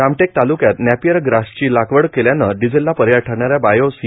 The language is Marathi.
रामटेक तालुक्यात नॅपीअरर ग्रासची लागवड केल्याने डिझेलला पर्याय ठरणा या बायो सी